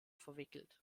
verwickelt